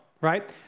right